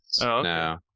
no